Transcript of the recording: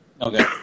Okay